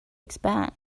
expand